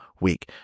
week